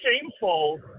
shameful